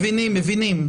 מבינים.